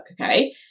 okay